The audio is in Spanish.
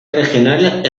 regional